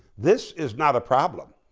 this is not a problem.